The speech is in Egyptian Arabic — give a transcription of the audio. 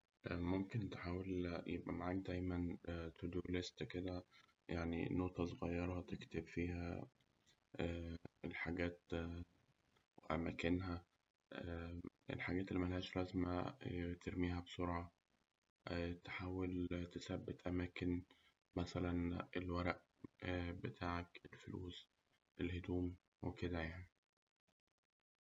ممكن تحاول يبقى معاك دايماً تو دو ليست كده. يعني نوتة صغيرة تكتب فيها الحاجات أماكنها الحاجات اللي ملهاش لازمة ترميها بسرعة تحاول تثبت أماكن مثلاً الورق بتاعك، الفلوس، وكده يعني.